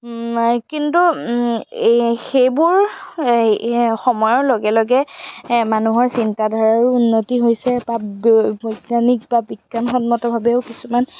কিন্তু সেইবোৰ সময়ৰ লগে লগে মানুহৰ চিন্তাধাৰাৰো উন্নতি হৈছে বা বৈ বৈজ্ঞানিক বা বিজ্ঞানসন্মতভাৱেও কিছুমান